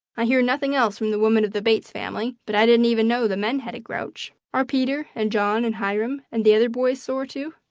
i hear nothing else from the women of the bates family, but i didn't even know the men had a grouch. are peter, and john, and hiram, and the other boys sore, too?